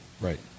Right